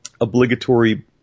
obligatory